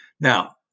Now